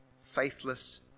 faithless